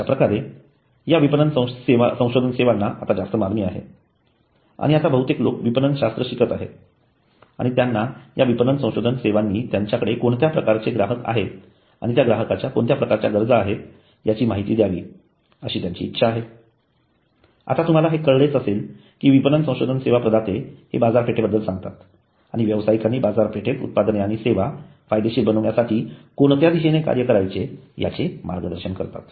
अश्याप्रकारे या विपणन संशोधन सेवांना आता जास्त मागणी आहे आणि आता बहुतेक लोक विपणन शास्त्र शिकत आहेत आणि त्यांना या विपणन संशोधन सेवांनी त्यांच्याकडे कोणत्या प्रकारचे ग्राहक आहेत आणि त्या ग्राहकाच्या कोणत्या प्रकारच्या गरजा आहेत याची माहिती द्यावी अशी त्यांची इच्छा आहे आता तुम्हला हे कळालेच असेल कि विपणन संशोधन सेवा प्रदाते हे बाजारपेठेबद्दल सांगतात आणि व्यवसायिकांनि बाजारपेठेत उत्पादने आणि सेवा फायदेशीर बनवण्यासाठी कोणत्या दिशेने कार्य करायचे ह्याचे मार्गदर्शन करतात